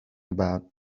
about